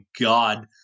God